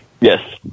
Yes